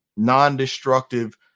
non-destructive